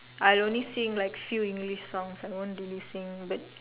I only sing like few English songs I won't really sing but